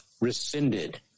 rescinded